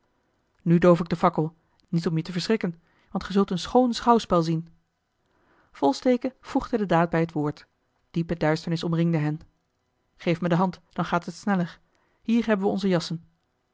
nu doof ik de fakkel maar niet om je te verschrikken want ge zult een schoon schouwspel zien volsteke voegde de daad bij het woord diepe duisternis omringde hen geef me de hand dan gaat het sneller hier hebben we onze jassen